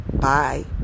Bye